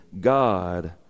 God